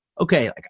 okay